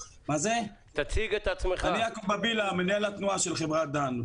אני יעקב בבילה, מנהל התנועה של חברת דן.